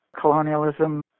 colonialism